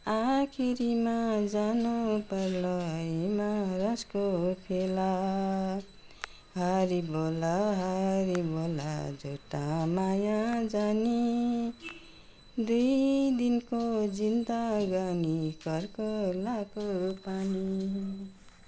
आखिरीमा जानुपर्ला यमराजको फेला हरि बोल हरि बोल झुटा माया जानी दुई दिनको जिन्दगानी कर्कलाको पानी